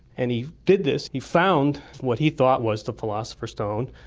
and he did this, he found what he thought was the philosopher's stone,